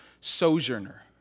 sojourner